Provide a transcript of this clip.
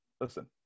Listen